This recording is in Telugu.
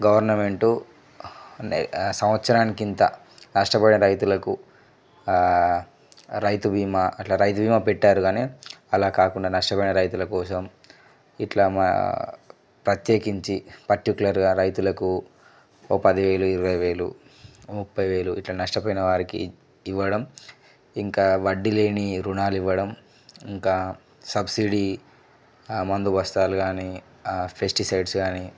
గవర్నమెంట్ సంవత్సరానికి ఇంత నష్టపోయే రైతులకు రైతు బీమా అట్లా రైతు బీమా పెట్టారు గాని అలా కాకుండా నష్టపోయిన రైతుల కోసం ఇట్లా ప్రత్యేకించి పర్టికులర్గా రైతులకు ఓ పది వేలు ఇరవై వేలు ముప్పై వేలు ఇట్లా నష్టపోయినవారికి ఇవ్వడం ఇంకా వడ్డీ లేని రుణాలు ఇవ్వడం ఇంకా సబ్సిడీ ఆ మందు బస్తాలు కా నీ ఆ పెస్టిసైడ్స్ కానీ